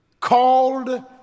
called